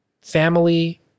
family